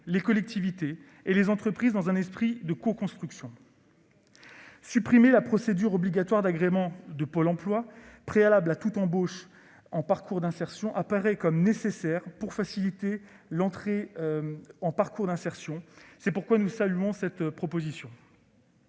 les collectivités et les entreprises, dans un esprit de coconstruction. Supprimer la procédure obligatoire d'agrément de Pôle emploi préalablement à toute embauche dans le cadre d'un parcours d'insertion apparaît nécessaire pour faciliter l'entrée dans un tel parcours. C'est pourquoi nous saluons cette disposition.